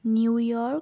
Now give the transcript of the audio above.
New York